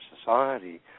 society